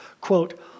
Quote